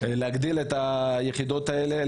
להגדיל את היחידות האלה,